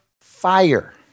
Fire